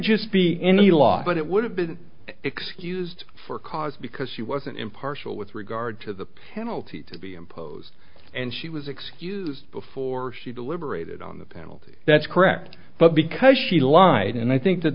law but it would have been excused for cause because she wasn't impartial with regard to the penalty to be imposed and she was excused before she deliberated on the penalty that's correct but because she lied and i think that